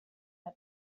her